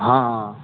हाँ हाँ